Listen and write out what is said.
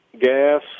gas